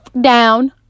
down